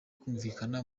kumvikana